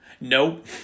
Nope